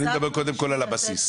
אני מדבר קודם כל על הבסיס.